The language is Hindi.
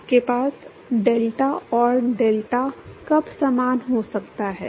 आपके पास डेल्टा और डेल्टा कब समान हो सकता हैं